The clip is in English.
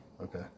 Okay